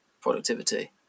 productivity